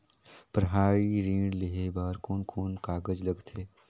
पढ़ाई ऋण लेहे बार कोन कोन कागज लगथे?